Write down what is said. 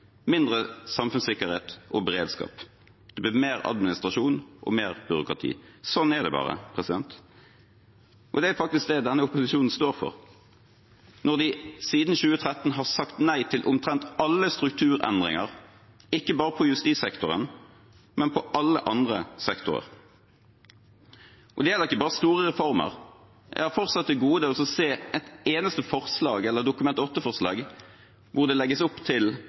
mindre samfunnssikkerhet og beredskap. Det blir mer administrasjon og mer byråkrati. Sånn er det bare. Og det er faktisk det denne opposisjonen står for, når de siden 2013 har sagt nei til omtrent alle strukturendringer – ikke bare i justissektoren, men også i alle andre sektorer. Det gjelder ikke bare store reformer. Jeg har fortsatt til gode å se et eneste forslag eller Dokument 8-forslag hvor det legges opp til